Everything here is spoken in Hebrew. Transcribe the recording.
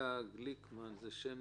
אלה גליקמן זה שם